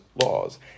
laws